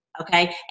Okay